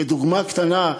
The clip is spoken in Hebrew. כדוגמה קטנה,